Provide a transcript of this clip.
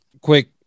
quick